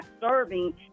serving